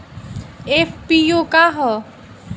FPO का ह?